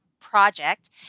project